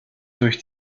durch